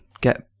get